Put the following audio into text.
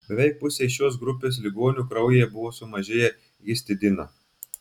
beveik pusei šios grupės ligonių kraujyje buvo sumažėję histidino